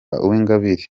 uwingabire